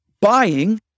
buying